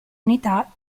unità